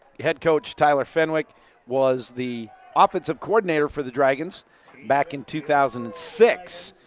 head coach tyler fenwick was the offensive coordinator for the dragons back in two thousand and six.